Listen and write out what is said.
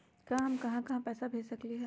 हम कहां कहां पैसा भेज सकली ह?